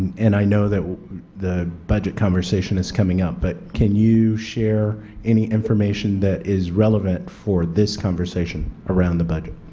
and i know that the budget conversation is coming up but can you share any information that is relevant for this conversation around the budget?